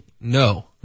No